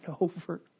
over